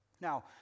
Now